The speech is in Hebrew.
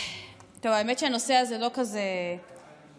האמת היא שהנושא הזה לא כזה נעים,